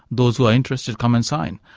those who are interested come and sign.